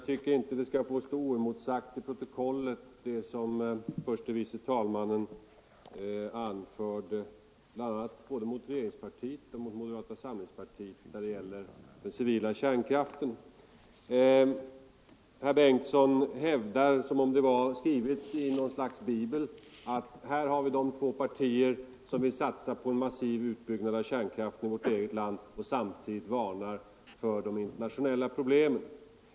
Herr talman! Jag tycker inte att det herr förste vice talmannen anförde mot regeringspartiet och moderata samlingspartiet när det gäller den civila kärnkraften skall få stå oemotsagt i protokollet. Herr Bengtson hävdar 117 som om det vore skrivet i något slags bibel att här har vi de två partier som vill satsa på en massiv utbyggnad av kärnkraften i vårt eget land men som samtidigt varnar för de internationella problemen.